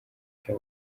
bya